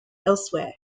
elsewhere